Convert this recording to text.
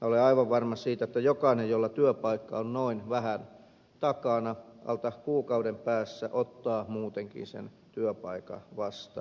olen aivan varma siitä että jokainen jolla työpaikka on noin vähän takana alta kuukauden päässä ottaa muutenkin sen työpaikan vastaan